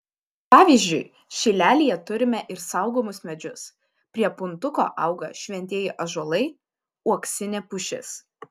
pavyzdžiui šilelyje turime ir saugomus medžius prie puntuko auga šventieji ąžuolai uoksinė pušis